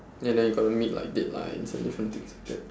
and then you gotta meet like deadlines and different things like that